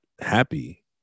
happy